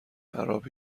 اعراب